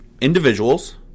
individuals